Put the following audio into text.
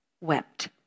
wept